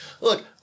Look